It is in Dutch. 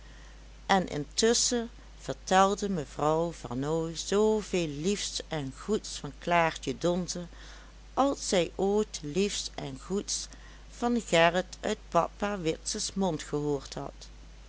en intusschen vertelde mevrouw vernooy zoo veel liefs en goeds van klaartje donze als zij ooit liefs en goeds van gerrit uit papa witses mond gehoord had